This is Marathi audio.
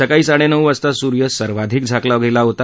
सकाळी साडेनऊ वाजता सूर्य सर्वाधिक झाकला गेला होता